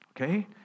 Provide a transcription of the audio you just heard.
okay